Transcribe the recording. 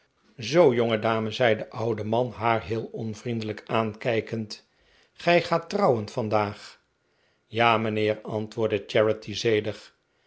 zoo jongedame zei de oude man haar heel onvriendelijk aankijkend gij gaat trouwen vandaag ja mijnheer antwoordde charity zedig